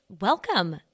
Welcome